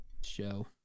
show